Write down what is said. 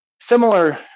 similar